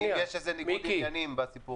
אם יש איזה ניגוד עניינים בסיפור הזה.